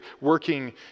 working